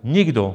Nikdo.